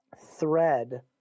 thread